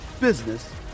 business